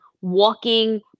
walking